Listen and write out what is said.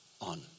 on